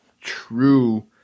true